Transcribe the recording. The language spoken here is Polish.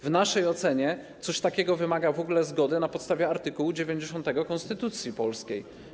W naszej ocenie coś takiego wymaga w ogóle zgody na podstawie art. 90 konstytucji polskiej.